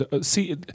see